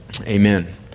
Amen